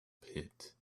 pit